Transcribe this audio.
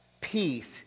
peace